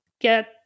get